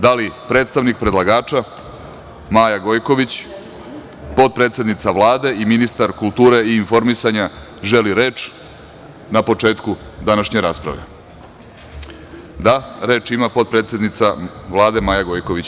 Da li predstavnik predlagača Maja Gojković, potpredsednica Vlade i ministar kulture i informisanja želi reč na početku današnje rasprave? (Da.) Reč ima potpredsednica Vlade Maja Gojković.